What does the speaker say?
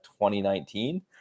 2019